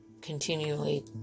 continually